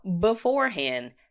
beforehand